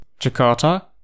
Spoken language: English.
Jakarta